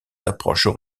approches